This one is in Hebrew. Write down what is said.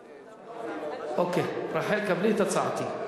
רחל, קבלי את הצעתי.